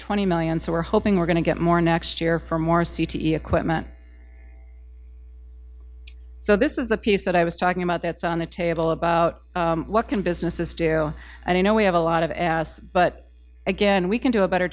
twenty million so we're hoping we're going to get more next year for more c t e equipment so this is the piece that i was talking about that's on the table about what can businesses do and i know we have a lot of ass but again we can do a better